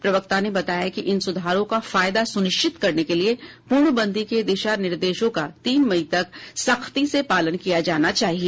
प्रवक्ता ने बताया किइन सुधारों का फायदा सुनिश्चित करने के लिए पूर्णबंदी के दिशा निर्देशों का तीन मई तक सख्ती से पालन किया जाना चाहिए